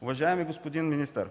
Уважаеми господин министър,